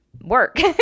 work